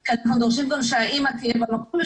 כי אנחנו דורשים גם שהאמא תהיה במקום,